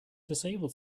disabled